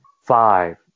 five